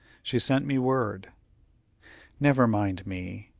she sent me word never mind me.